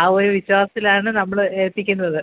ആ ഒരു വിശ്വാസത്തിലാണ് നമ്മൾ ഏൽപ്പിക്കുന്നത്